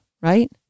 right